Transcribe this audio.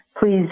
Please